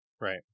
Right